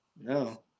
No